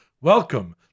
Welcome